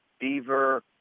Beaver